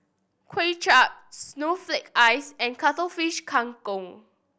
Kway Chap snowflake ice and Cuttlefish Kang Kong